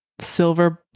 silver